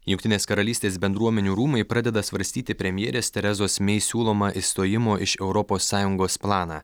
jungtinės karalystės bendruomenių rūmai pradeda svarstyti premjerės teresos mei siūlomą išstojimo iš europos sąjungos planą